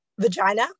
vagina